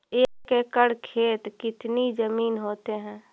एक एकड़ खेत कितनी जमीन होते हैं?